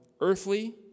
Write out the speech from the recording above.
earthly